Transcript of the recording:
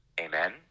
Amen